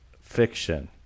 fiction